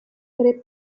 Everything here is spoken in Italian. tre